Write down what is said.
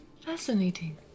Fascinating